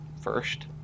first